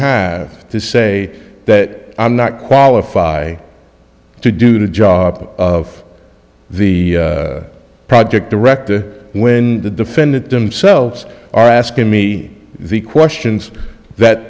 have to say that i'm not qualify to do the job of the project director when the defendant themselves are asking me the questions that